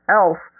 else